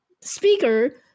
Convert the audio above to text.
speaker